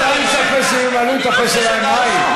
מה, אתה מצפה שימלאו את הפה שלהם מים?